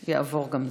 נעבור גם זה.